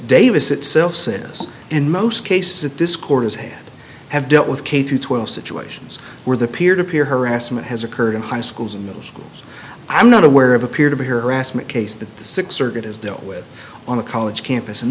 davis itself says in most cases that this court has had have dealt with k through twelve situations where the peer to peer harassment has occurred in high schools and middle schools i'm not aware of appear to be harassment case that the six circuit is dealt with on a college campus and